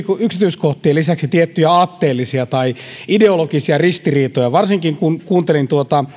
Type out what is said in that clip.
yksityiskohtien lisäksi tiettyjä aatteellisia tai ideologisia ristiriitoja varsinkin kun kuuntelin